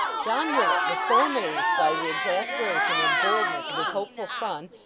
john willet was so amazed by the exasperation and boldness of his hopeful son,